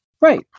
Right